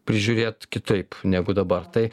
prižiūrėt kitaip negu dabar tai